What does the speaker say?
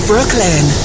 Brooklyn